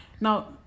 now